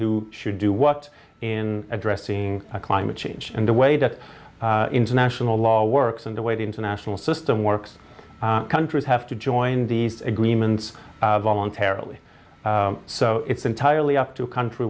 who should do what in addressing climate change and the way that international law works and the way the international system works countries have to join these agreements voluntarily so it's entirely up to a country